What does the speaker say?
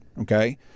okay